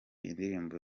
indirimbo